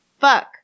fuck